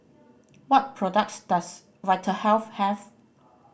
what products does Vitahealth have